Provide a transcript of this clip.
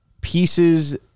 pieces